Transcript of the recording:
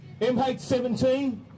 MH17